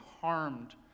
harmed